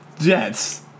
Jets